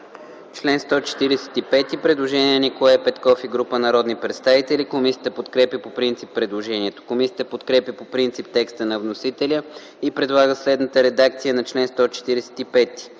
народния представител Николай Петков и група народни представители. Комисията подкрепя по принцип предложението. Комисията подкрепя по принцип текста на вносителя и предлага следната редакция на чл. 183: